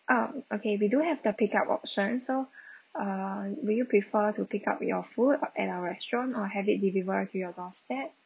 oh okay we do have the pick up option so uh will you prefer to pick up your food at our restaurant or have it delivered to your doorstep